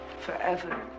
forever